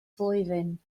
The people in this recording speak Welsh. flwyddyn